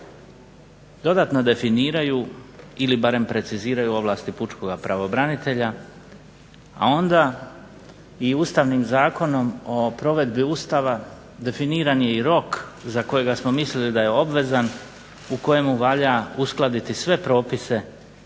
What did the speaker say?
dodatno definiraju ili barem preciziraju ovlasti pučkog pravobranitelja, a onda i Ustavnim zakonom o provedbi Ustava definiran je i rok za kojega smo mislili da je obvezan u kojemu valja uskladiti sve propise koji